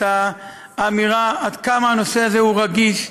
את האמירה עד כמה הנושא הזה הוא רגיש.